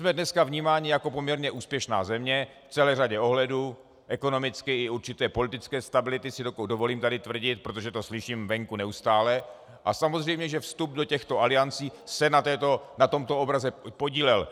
My jsme dneska vnímáni jako poměrně úspěšná země v celé řadě ohledů, ekonomické i určité politické stability, si dovolím tady tvrdit, protože to slyším venku neustále, a samozřejmě že vstup do těchto aliancí se na tomto obraze podílel.